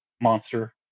monster